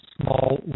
Small